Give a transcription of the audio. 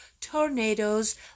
tornadoes